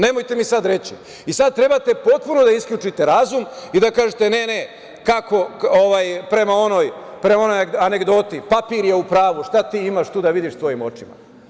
Nemojte mi sada reći, i sada trebate potpuno da isključite razum i da kažete, ne, ne , prema, onoj anegdoti – papir je u pravu, šta ti imaš tu da vidiš tvojim očima.